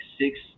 Six